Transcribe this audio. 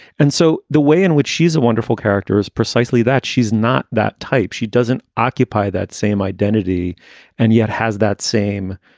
and so the way in which she is a wonderful character is precisely that she's not that type. she doesn't occupy that same identity and yet has that same.